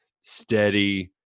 steady –